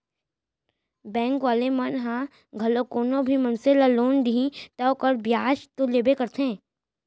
bank वाले मन ह घलोक कोनो भी मनसे ल लोन दिही त ओखर बियाज तो लेबे करथे